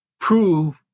prove